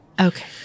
Okay